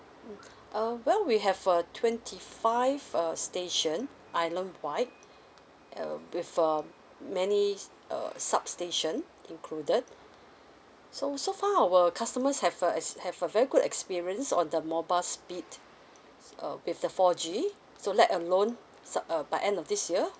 uh well we have uh twenty five uh station island wide uh with uh many uh substation included so so far our customers have a has have a very good experience on the mobile speed uh with the four G so let alone so uh by end of this year